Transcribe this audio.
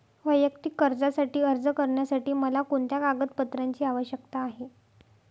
वैयक्तिक कर्जासाठी अर्ज करण्यासाठी मला कोणत्या कागदपत्रांची आवश्यकता आहे?